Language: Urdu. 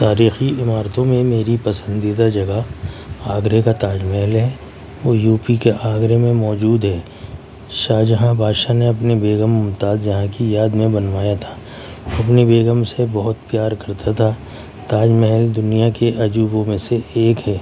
تاریخی عمارتوں میں میری پسندیدہ جگہ آگرہ کا تاج محل ہے وہ یوپی کے آگرہ میں موجود ہے شاہجہاں بادشاہ نے اپنی بیگم ممتازجہاں کی یاد میں بنوایا تھا اپنی بیگم سے بہت پیار کرتا تھا تاج محل دنیا کے عجوبوں میں سے ایک ہے